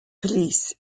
police